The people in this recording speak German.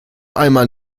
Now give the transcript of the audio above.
einmal